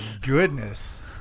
goodness